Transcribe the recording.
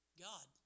God